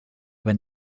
when